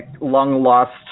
long-lost